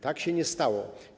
Tak się nie stało.